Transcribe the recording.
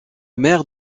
maire